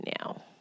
now